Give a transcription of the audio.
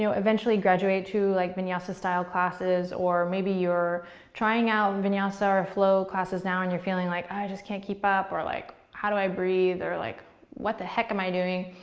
you know eventually graduate to like vinyasa style classes, or maybe you're trying out vinyasa or flow classes now and you're feeling like i can't keep up, or like, how do i breathe? or like what the heck am i doing?